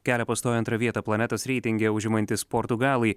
kelią pastojo antrą vietą planetos reitinge užimantys portugalai